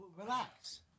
Relax